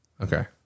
Okay